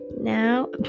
Now